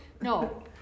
No